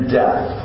death